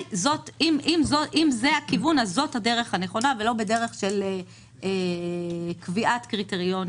בעיניי אם זה הכיוון אז זאת הדרך הנכונה ולא בדרך של קביעת קריטריון